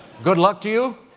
good luck to you.